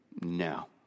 No